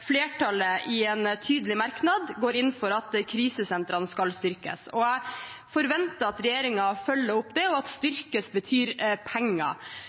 flertallet – i en tydelig merknad – går inn for at krisesentrene skal styrkes. Jeg forventer at regjeringen følger opp det, og at «styrkes» betyr penger.